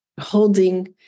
holding